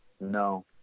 no